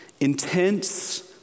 Intense